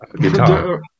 Guitar